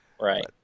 Right